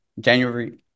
January